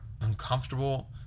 uncomfortable